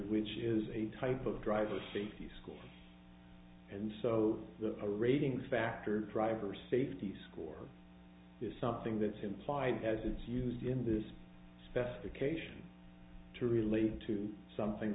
which is a type of driver safety school and so the ratings factor driver safety score is something that's implied as is used in this specification to relating to something